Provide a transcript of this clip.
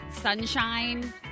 sunshine